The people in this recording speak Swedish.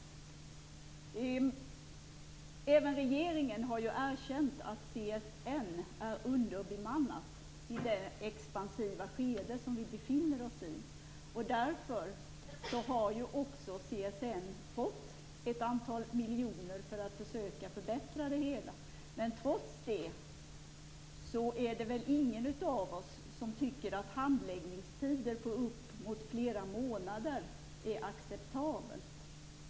Även regeringen har erkänt att CSN är underbemannat i det expansiva skede vi nu befinner oss i, och därför har CSN fått ett antal miljoner för att försöka förbättra det hela. Trots det handlar det fortfarande om handläggningstider på uppemot flera månader, och det är väl ingen av oss som tycker att det är acceptabelt.